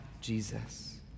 Jesus